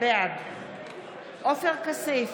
בעד עופר כסיף,